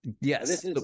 Yes